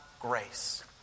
grace